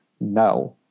no